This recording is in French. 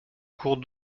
cours